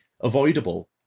avoidable